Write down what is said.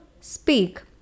Speak